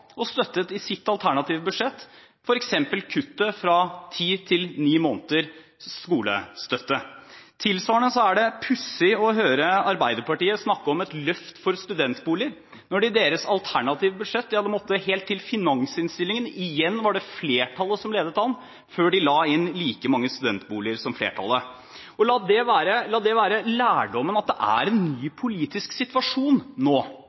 og støttet i sitt alternative budsjett f.eks. kuttet fra ti til ni måneders skolestøtte. Tilsvarende er det pussig å høre Arbeiderpartiet snakke om et løft for studentboliger, når det i deres alternative budsjett måtte helt til finansinnstillingen – igjen var det flertallet som ledet an – før de la inn like mange studentboliger som flertallet. La det være lærdommen at det nå er en